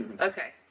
Okay